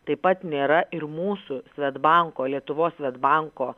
taip pat nėra ir mūsų svedbanko lietuvos svedbanko